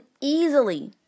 easily